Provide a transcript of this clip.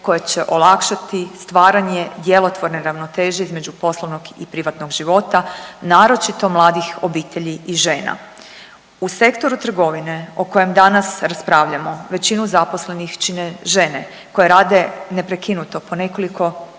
koje će olakšati stvaranje djelotvorne ravnoteže između poslovnog i privatnog života naročito mladih obitelji i žena. U sektoru trgovine o kojem danas raspravljamo većinu zaposlenih čine žene koje rade neprekinuto po nekoliko tjedana